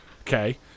Okay